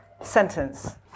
sentence